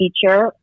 teacher